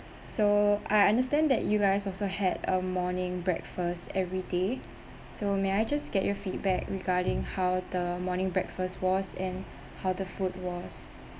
so I understand that you guys also had a morning breakfast every day so may I just get your feedback regarding how the morning breakfast was and how the food was